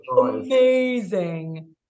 Amazing